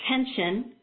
attention